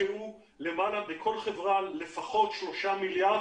הושקעו בכל חברה יותר מ-3 מיליארד,